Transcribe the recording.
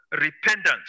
repentance